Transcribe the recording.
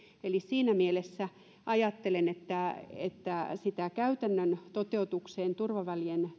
eli siinä mielessä ajattelen että sitä käytännön toteutumista turvavälien